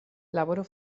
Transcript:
laboro